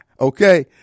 Okay